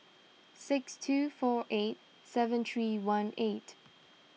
six two four eight seven three one eight